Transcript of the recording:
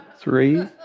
three